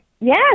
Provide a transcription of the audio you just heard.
Yes